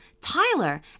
Tyler